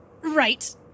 Right